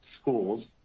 schools